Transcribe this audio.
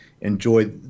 enjoy